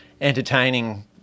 entertaining